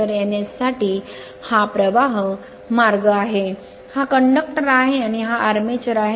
तर N S साठी हा प्रवाह मार्ग आहे हा कंडक्टर आहे आणि हा आर्मेचर आहे